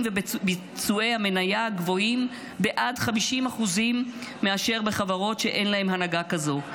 וביצועי המניה גבוהים בעד 50% מאשר בחברות שאין להן הנהגה כזו.